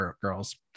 girls